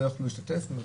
לא יכלו להשתתף,